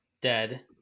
dead